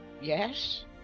Yes